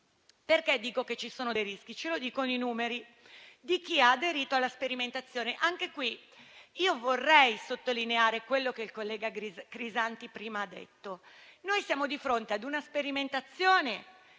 Perché dico che ci sono dei rischi? Ce lo dicono i numeri di chi ha aderito alla sperimentazione. Vorrei sottolineare quello che il collega Crisanti prima ha detto. Noi siamo di fronte a una sperimentazione,